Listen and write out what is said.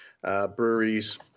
breweries